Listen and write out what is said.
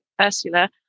Ursula